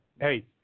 hey